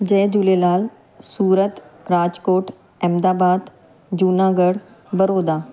Jay Jhulelal Surat Rajkot Ahmedabad Junagadh Baroda